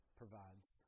provides